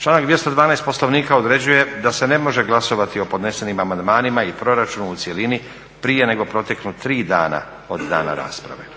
Članak 212. Poslovnika određuje da se ne može glasovati o podnesenim amandmanima i proračunu u cjelini prije nego proteknu tri dana od dana rasprave.